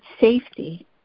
safety